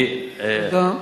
תודה.